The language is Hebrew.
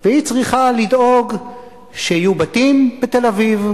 והיא צריכה לדאוג שיהיו בתים בתל-אביב,